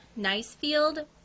Nicefield